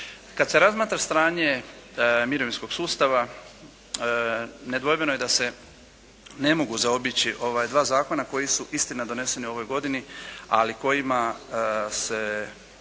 Kad se razmatra stanje mirovinskog sustava nedvojbeno je da se ne mogu zaobići ova dva zakona koji su istina doneseni u ovoj godini, ali kojima se